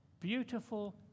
beautiful